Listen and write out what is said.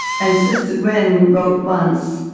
and sister gwen wrote once,